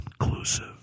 inclusive